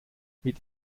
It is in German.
mit